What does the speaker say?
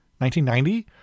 1990